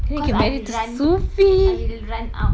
cause I will run I will run out